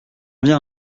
viens